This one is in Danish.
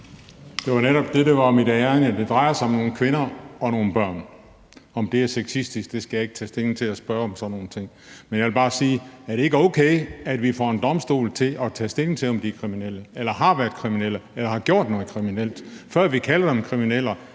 Det var netop det, der var mit ærinde. Det drejer sig om nogle kvinder og nogle børn. Om det er sexistisk, skal jeg ikke tage stilling til. Jeg spørger om sådan nogle ting. Men jeg vil bare spørge, om det ikke er okay, at vi får en domstol til at tage stilling til, om de er kriminelle eller har været kriminelle eller har gjort noget kriminelt, før vi kalder dem kriminelle